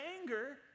anger